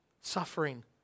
suffering